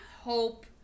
hope